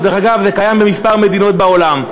דרך אגב, זה קיים בכמה מדינות בעולם.